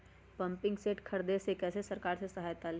Pumping set के ख़रीदे मे कैसे सरकार से सहायता ले?